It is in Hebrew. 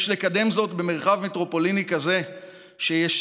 יש לקדם זאת במרחב מטרופוליני כזה שישרת